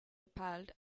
appalled